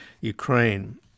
Ukraine